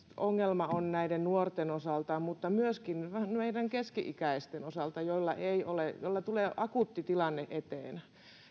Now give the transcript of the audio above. ongelma on näiden nuorten mutta myöskin vähän meidän keski ikäisten joilla tulee akuutti tilanne eteen